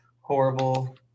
horrible